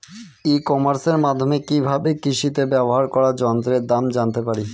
ই কমার্সের মাধ্যমে কি ভাবে কৃষিতে ব্যবহার করা যন্ত্রের দাম জানতে পারি?